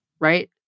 right